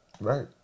Right